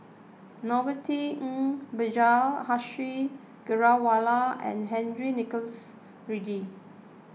Norothy Ng Vijesh Ashok Ghariwala and Henry Nicholas Ridley